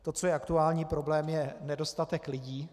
To, co je aktuální problém, je nedostatek lidí.